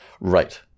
Right